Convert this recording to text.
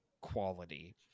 quality